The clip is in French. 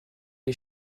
les